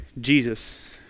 Jesus